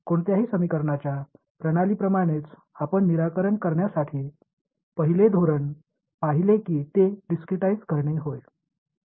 कोणत्याही समीकरणाच्या प्रणालीप्रमाणेच आपण निराकरण करण्यासाठी पहिले धोरण पाहिले की ते डिस्क्रिटाईझ करणे होय